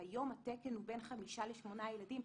שהיום התקן הוא בין חמישה לשמונה ילדים.